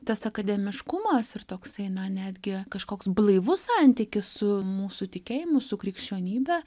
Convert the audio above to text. tas akademiškumas ir toksai na netgi kažkoks blaivus santykis su mūsų tikėjimu su krikščionybe